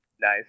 Nice